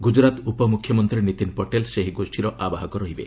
ଗୁଜରାତ୍ ଉପମୁଖ୍ୟମନ୍ତ୍ରୀ ନିତିନ୍ ପଟେଲ୍ ସେହି ଗୋଷ୍ଠୀର ଆବାହକ ରହିବେ